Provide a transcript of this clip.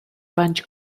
bunch